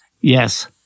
Yes